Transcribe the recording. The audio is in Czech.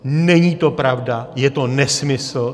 Není to pravda, je to nesmysl.